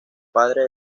padre